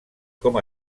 com